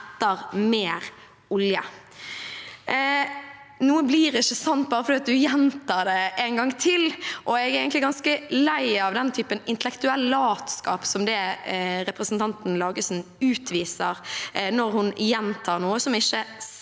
egentlig ganske lei av den typen intellektuell latskap som det representanten Lagesen utviser når hun gjentar noe som ikke